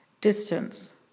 distance